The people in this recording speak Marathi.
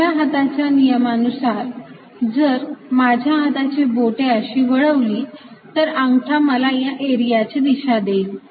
उजव्या हाताच्या नियमानुसार जर मी माझ्या हाताची बोटे अशी वळवली तर अंगठा मला या एरियाची दिशा देईल